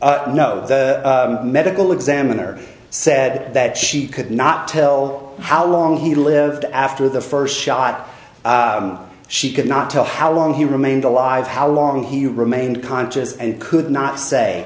means no the medical examiner said that she could not tell how long he lived after the first shot she could not tell how long he remained alive how long he remained conscious and could not say